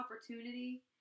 opportunity